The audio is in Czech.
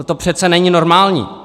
To přece není normální!